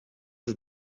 des